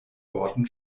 worten